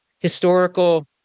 historical